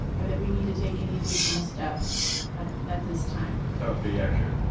or that we need to take any additional steps at at this time? that would be accurate.